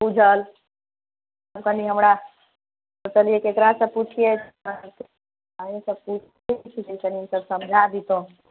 बुझल कनी हमरा कहलियै ककरासँ पुछियै अहीँसँ पूछैत छी कनी हमरा समझा दैतहुँ